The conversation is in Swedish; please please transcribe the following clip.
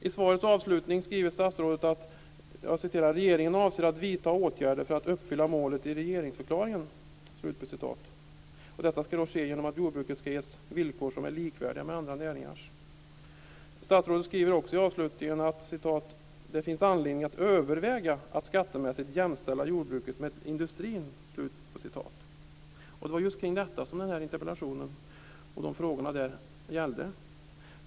I svarets avslutning skriver statsrådet: "Regeringen avser emellertid att vidta åtgärder för att uppfylla målet i regeringsförklaringen." Detta skall ske genom att jordbruket skall ges villkor som är likvärdiga med andra näringars. Statsrådet skriver också i avslutningen: "Det finns anledning att överväga att skattemässigt jämställa jordbruket med industrin." Det var just om detta som interpellationen och frågorna i den gällde.